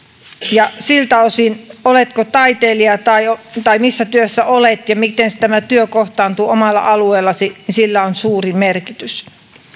ja siltä osin sillä oletko taiteilija tai missä työssä olet ja miten tämä työ kohtaantuu omalla alueellasi on suuri merkitys